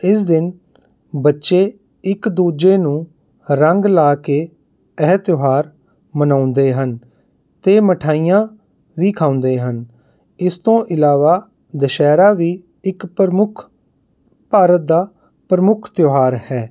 ਇਸ ਦਿਨ ਬੱਚੇ ਇੱਕ ਦੂਜੇ ਨੂੰ ਰੰਗ ਲਗਾ ਕੇ ਇਹ ਤਿਉਹਾਰ ਮਨਾਉਂਦੇ ਹਨ ਅਤੇ ਮਿਠਾਈਆਂ ਵੀ ਖਾਂਦੇ ਹਨ ਇਸ ਤੋਂ ਇਲਾਵਾ ਦੁਸਹਿਰਾ ਵੀ ਇੱਕ ਪ੍ਰਮੁੱਖ ਭਾਰਤ ਦਾ ਪ੍ਰਮੁੱਖ ਤਿਉਹਾਰ ਹੈ